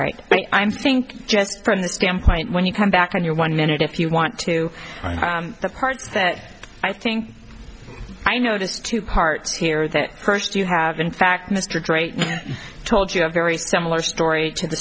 right i'm stink just from the standpoint when you come back on your one minute if you want to find the parts that i think i notice two parts here that first you have in fact mr drake told you a very similar story to the